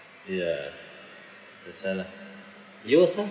ya that's why lah you also